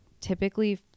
typically